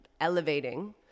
elevating